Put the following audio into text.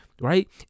right